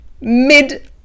mid